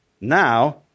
Now